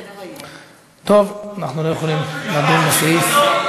טוב, אנחנו לא יכולים לעבור לסעיף.